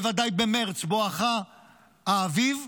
בוודאי במרץ בואכה האביב,